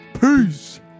Peace